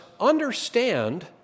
understand